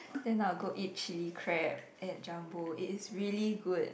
then I will go eat chili crab at Jumbo it is really good